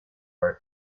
are